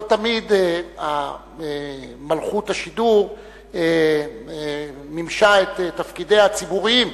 לא תמיד מלכות השידור מימשה את תפקידיה הציבוריים,